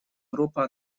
группа